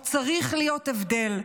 או צריך להיות הבדל,